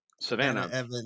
savannah